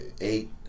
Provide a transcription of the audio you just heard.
eight